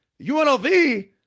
UNLV